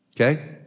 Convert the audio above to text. okay